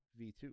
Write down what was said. V2